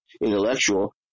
intellectual